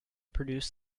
produce